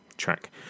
track